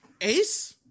Ace